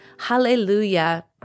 Hallelujah